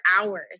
hours